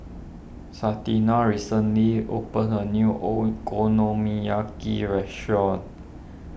Santina recently opened a new Okonomiyaki restaurant